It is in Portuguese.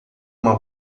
uma